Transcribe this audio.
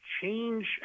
change